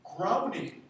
groaning